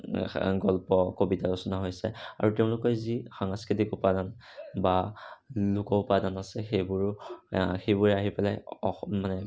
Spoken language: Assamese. গল্প কবিতা ৰচনা হৈছে আৰু তেওঁলোকে যি সাংস্কৃতিক উপাদান বা লোক উপাদান আছে সেইবোৰ সেইবোৰ আহি পেলাই অসম মানে